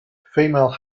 female